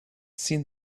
seen